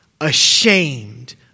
ashamed